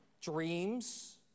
dreams